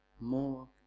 More